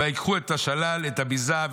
"וייקחו את השלל את הביזה,